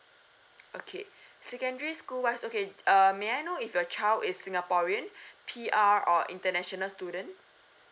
okay secondary school wise okay err may I know if your child is singaporean P_R or international student